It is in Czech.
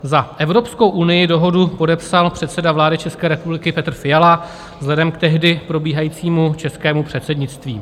Za Evropskou unii dohodu podepsal předseda vlády České republiky Petr Fiala vzhledem k tehdy probíhajícímu českému předsednictví.